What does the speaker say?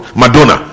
madonna